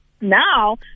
Now